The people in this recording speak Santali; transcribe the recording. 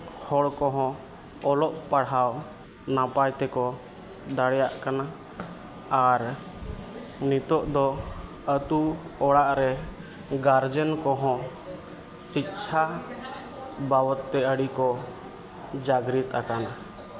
ᱦᱚᱲ ᱠᱚᱦᱚᱸ ᱚᱞᱚᱜ ᱯᱟᱲᱦᱟᱣ ᱱᱟᱯᱟᱭ ᱛᱮᱠᱚ ᱫᱟᱲᱮᱭᱟᱜ ᱠᱟᱱᱟ ᱟᱨ ᱱᱤᱛᱚᱜ ᱫᱚ ᱟᱹᱛᱩ ᱚᱲᱟᱜ ᱨᱮ ᱜᱟᱨᱡᱮᱱ ᱠᱚᱦᱚᱸ ᱥᱤᱪᱪᱷᱟ ᱵᱟᱵᱚᱫᱽ ᱛᱮ ᱟᱹᱰᱤ ᱠᱚ ᱡᱟᱜᱽᱨᱤᱛ ᱟᱠᱟᱱᱟ